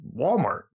Walmart